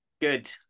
Good